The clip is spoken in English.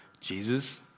Jesus